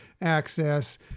access